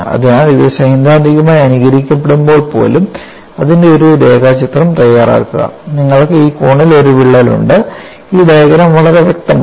അതിനാൽ ഇത് സൈദ്ധാന്തികമായി അനുകരിക്കപ്പെടുമ്പോൾ പോലും അതിന്റെ ഒരു രേഖാചിത്രം തയ്യാറാക്കുക നിങ്ങൾക്ക് ഈ കോണിൽ ഒരു വിള്ളൽ ഉണ്ട് ഈ ഡയഗ്രം വളരെ വ്യക്തമാണ്